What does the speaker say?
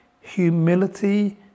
humility